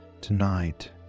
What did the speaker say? tonight